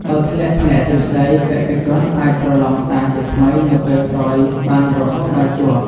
បើធ្លាក់ផ្នែកទ្រឹស្តី បេក្ខជនអាចប្រឡងសាជាថ្មីនៅពេលក្រោយបានរហូតដល់ជាប់។